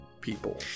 people